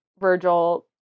Virgil